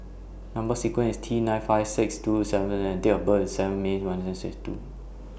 Number sequence IS T nine five six two seven and Date of birth IS seven May sixty two